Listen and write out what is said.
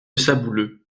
sabouleux